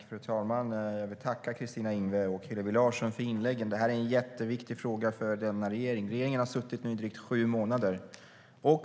Fru talman! Jag vill tacka Kristina Yngwe och Hillevi Larsson för inläggen. Det här är en jätteviktig fråga för denna regering, som nu suttit i drygt sju månader.